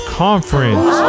conference